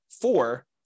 four